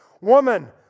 woman